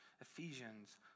Ephesians